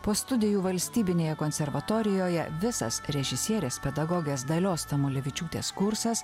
po studijų valstybinėje konservatorijoje visas režisierės pedagogės dalios tamulevičiūtės kursas